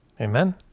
amen